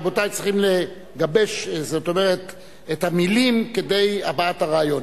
רבותי, צריך לגבש את המלים כדי הבעת הרעיון.